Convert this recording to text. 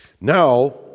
Now